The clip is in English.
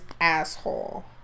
asshole